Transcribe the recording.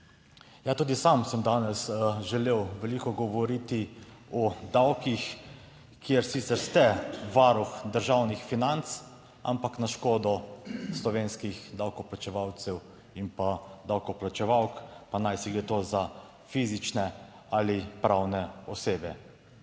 Tudi sam sem danes želel veliko govoriti o davkih, kjer sicer ste varuh državnih financ, ampak na škodo slovenskih davkoplačevalcev in pa davkoplačevalk, pa naj si gre to za fizične ali pravne osebe.